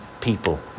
people